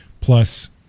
plus